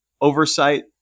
oversight